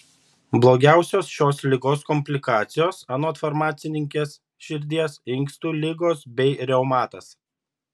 blogiausios šios ligos komplikacijos anot farmacininkės širdies inkstų ligos bei reumatas